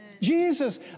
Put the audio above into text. Jesus